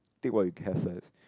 take what you have first